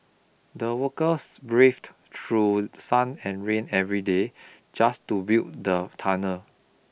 the workers braved through sun and rain every day just to build the tunnel